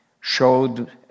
showed